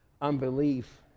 Unbelief